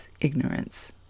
ignorance